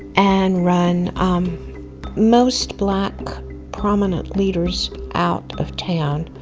and run um most black prominent leaders out of town.